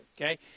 Okay